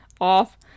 off